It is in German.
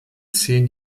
zehn